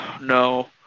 no